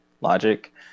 logic